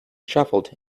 shuffled